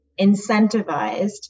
incentivized